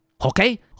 okay